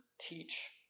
teach